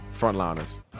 Frontliners